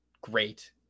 great